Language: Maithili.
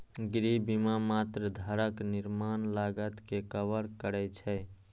गृह बीमा मात्र घरक निर्माण लागत कें कवर करै छै